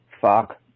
Fuck